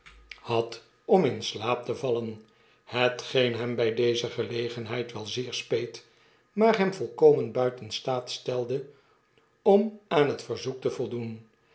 had om in slaap te vallen hetgeen hem by deze gelegenheid wel zeer speet maar hem volkomen duiten staat stelde om aan het verzoek te voldoen